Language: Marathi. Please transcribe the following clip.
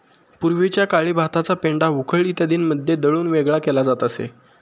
पूर्वीच्या काळी भाताचा पेंढा उखळ इत्यादींमध्ये दळून वेगळा केला जात असे